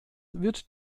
wird